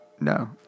No